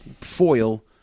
Foil